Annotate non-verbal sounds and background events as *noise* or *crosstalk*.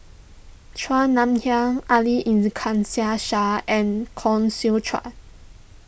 Chua Nam Hai Ali *unintelligible* Shah and Koh Seow Chuan